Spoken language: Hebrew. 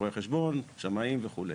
רואי חשבון, שמאיים וכולה.